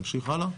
נמשיך הלאה?